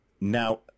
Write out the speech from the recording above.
Now